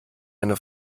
eine